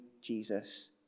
Jesus